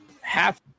Half